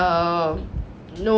about you more lah